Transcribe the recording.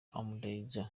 ahmedinejad